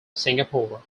singapore